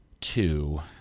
two